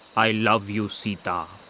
i love you sita.